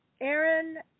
Aaron